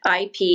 IP